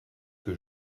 que